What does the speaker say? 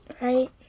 Right